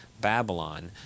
Babylon